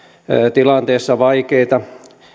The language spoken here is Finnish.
tilanteessa vaikeita